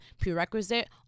prerequisite